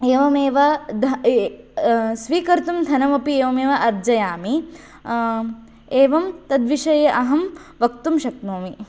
एवमेव स्वीकर्तुं धनमपि एवमेव अर्जयामि एवं तद्विषये अहं वक्तुं शक्नोमि